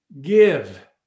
give